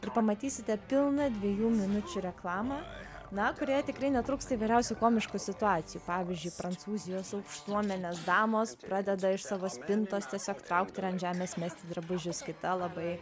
ir pamatysite pilną dviejų minučių reklamą na kurioje tikrai netrūksta įvairiausių komiškų situacijų pavyzdžiui prancūzijos aukštuomenės damos pradeda iš savo spintos tiesiog traukt ir ant žemės mesti drabužius kita labai